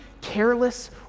careless